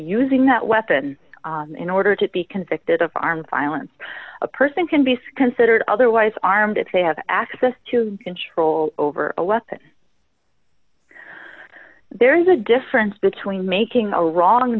using that weapon in order to be convicted of armed violence a person can be skinstad or otherwise armed if they have access to control over a weapon there is a difference between making a wrong